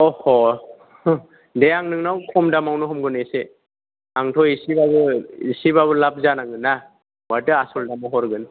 अह' दे आं नोंनाव खम दामावनो हमगोन एसे आंथ' एसेबाबो एसेबाबो लाभ जानांगोन ना मारैथो आसल दामाव हरगोन